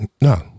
No